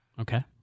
Okay